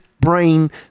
brain